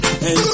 Hey